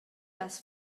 has